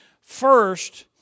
first